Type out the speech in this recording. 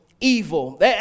evil